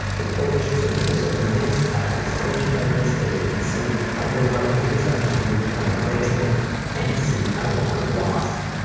the polished surfaces of the links are scratch magnets as you can see however we decided to leave it on the bracelet and see how long it lasts.